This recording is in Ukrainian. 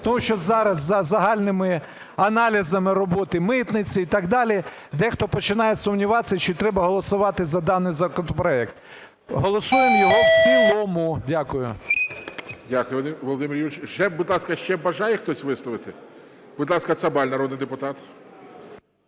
Тому що зараз за загальними аналізами роботи митниці і так далі дехто починає сумніватися, чи треба голосувати за даний законопроект. Голосуємо його в цілому. Дякую. ГОЛОВУЮЧИЙ. Дякую, Володимир Юрійович. Будь ласка, ще бажає хтось висловитися? Будь ласка, Цабаль, народний депутат.